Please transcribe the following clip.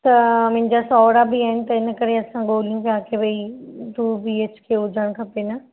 त मुंहिंजा सहुरा बि आहिनि त हिन करे असां ॻोल्हियूं पिया की भई टू बी एच के हुजणु खपे न